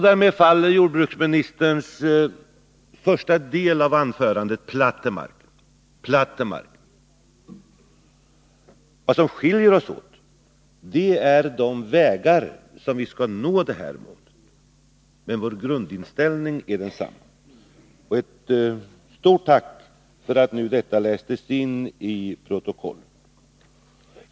Därmed faller också den första delen av jordbruksministerns anförande platt till marken. Vad som skiljer oss är de vägar på vilka vi skall nå målet, men vår grundinställning är densamma. Än en gång ett stort tack för att detta lästes in till protokollet.